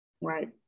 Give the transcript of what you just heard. Right